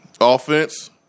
offense